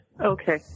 Okay